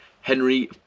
Henry